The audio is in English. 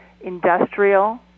industrial